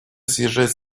съезжать